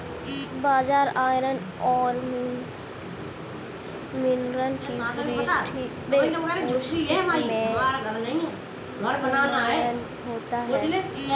बाजरा iron और mineral की पूर्ति में सहायक होता है